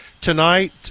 tonight